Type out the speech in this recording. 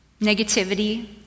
negativity